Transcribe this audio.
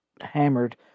hammered